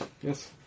Yes